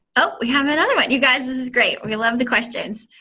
oh, we have another one. you guys, this is great. we love the questions.